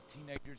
teenagers